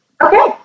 Okay